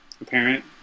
apparent